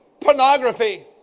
Pornography